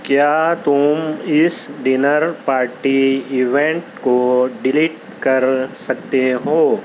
کیا تم اِس ڈنر پارٹی ایونٹ کو ڈیلیٹ کر سکتے ہو